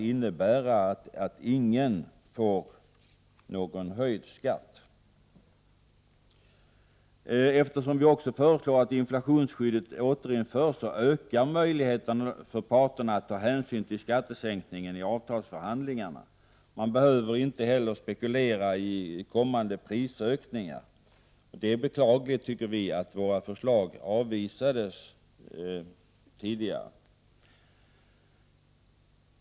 Ingen får alltså höjd skatt. Eftersom vi också föreslår att inflationsskyddet återinförs, ökar möjligheterna för parterna i avtalsförhandlingarna när det gäller att ta hänsyn till skattesänkningen. Vidare behöver man inte spekulera i kommande prisökningar. Vi tycker att det är beklagligt att våra förslag avvisades tidigare.